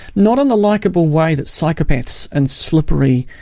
not in the likeable way that psychopaths and slippery,